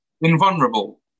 Invulnerable